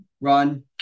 run